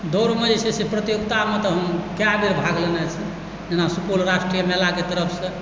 दौड़मे जे छै से प्रतियोगितामे तऽ हम कएक बेर भाग लेने छी जेना सुपौल राष्ट्रीय मेलाके तरफसँ